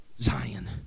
Zion